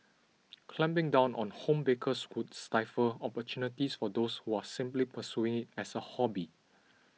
clamping down on home bakers would stifle opportunities for those who are simply pursuing as a hobby